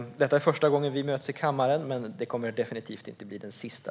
Detta är första gången vi möts i kammaren, men det kommer definitivt inte att bli den sista.